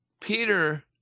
Peter